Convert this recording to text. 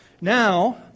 now